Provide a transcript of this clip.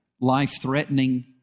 life-threatening